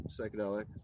psychedelic